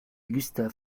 gustav